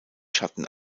schatten